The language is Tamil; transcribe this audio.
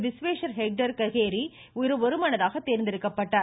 விஷ்வேஸ்வர் ஹெக்டே ககேரி இன்று ஒருமனதாக தோ்ந்தெடுக்கப்பட்டார்